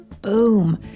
Boom